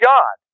God